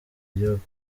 igihugu